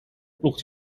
ploegt